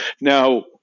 now